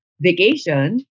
vacation